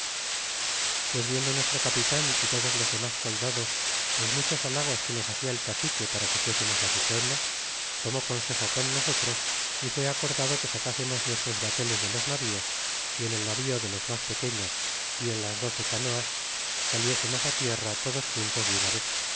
pues viendo nuestro capitan y todos los demas soldados los muchos halagos que nos hacia el cacique para que fuesemos su pueblo tomó consejo con nosotros y fu acordado que sacasemos nuestros bateles de los nav í os y en el navío de los mas pequeños y en las doce canoas saliesemos tierra todos juntos de una vez